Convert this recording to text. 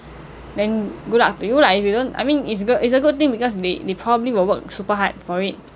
then good luck to you lah if you don't I mean it's good it's a good thing because they they probably will work super hard for it